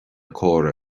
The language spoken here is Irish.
córa